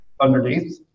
underneath